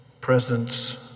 presence